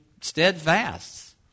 steadfast